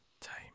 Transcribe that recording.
time